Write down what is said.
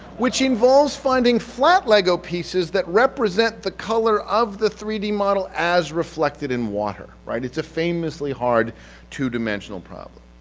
which involves finding flat lego pieces that represent the color of the three d model as reflected in water. right? it's a famously hard two dimensional problem.